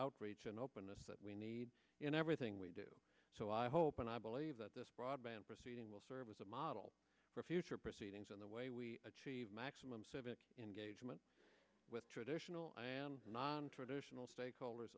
outreach and openness that we need in everything we do so i hope and i believe that this broadband proceeding will serve as a model for future proceedings in the way we achieve maximum civic engagement with traditional and nontraditional stakeholders